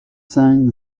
cinq